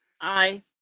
Aye